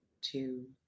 two